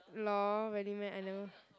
lol really meh I never